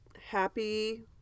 happy